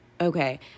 okay